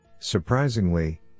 Surprisingly